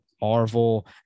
Marvel